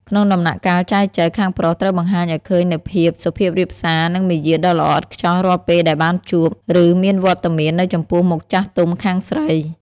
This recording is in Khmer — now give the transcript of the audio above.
ក្នុងដំណាក់កាលចែចូវ ខាងប្រុសត្រូវបង្ហាញឱ្យឃើញនូវភាពសុភាពរាបសារ និងមារយាទដ៏ល្អឥតខ្ចោះរាល់ពេលដែលបានជួប ឬមានវត្តមាននៅចំពោះមុខចាស់ទុំខាងស្រី។